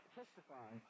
testify